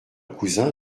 cousin